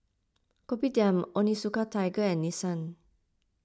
Kopitiam Onitsuka Tiger and Nissin